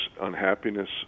unhappiness